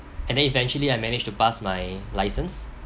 and then eventually I managed to pass my license